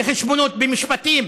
בחשבונאות ובמשפטים,